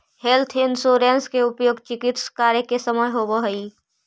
health insurance के उपयोग चिकित्स कार्य के समय होवऽ हई